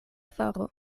faro